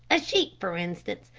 a sheep, for instance,